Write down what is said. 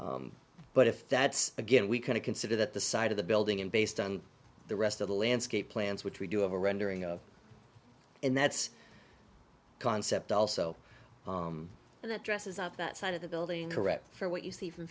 that but if that's again we kind of consider that the side of the building and based on the rest of the landscape plants which we do have a rendering of and that's a concept also that dresses up that side of the building correct for what you see f